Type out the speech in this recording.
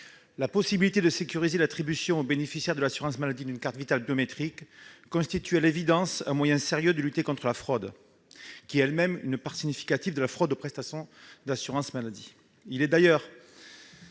La possibilité de sécuriser l'attribution aux bénéficiaires de l'assurance maladie d'une carte Vitale biométrique constitue, à l'évidence, un moyen sérieux de lutter contre cette fraude, qui représente une part importante de la fraude aux prestations d'assurance maladie.